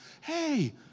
hey